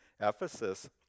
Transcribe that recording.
Ephesus